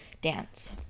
dance